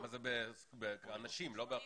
כמה זה באנשים ולא באחוזים?